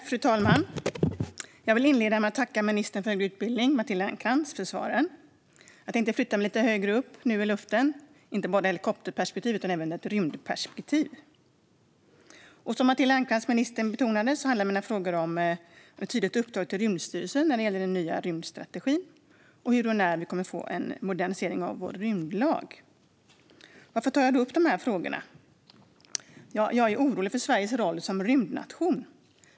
Fru talman! Jag vill inleda med att tacka ministern för högre utbildning, Matilda Ernkrans, för svaren. Jag tänkte nu förflytta mig lite högre upp i luften och inte ha bara ett helikopterperspektiv utan även ett rymdperspektiv. Som Matilda Ernkrans betonade handlar mina frågor om ett tydligt uppdrag till Rymdstyrelsen när det gäller den nya rymdstrategin och hur och när vi kommer att få en modernisering av vår rymdlag. Varför tar jag upp dessa frågor? Det gör jag för att jag är orolig för Sveriges roll som rymdnation.